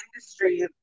industry